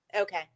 Okay